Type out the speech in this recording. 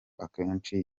akenshi